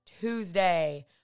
Tuesday